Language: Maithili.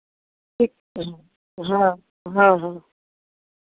ठीक छै हँ हँ हऽ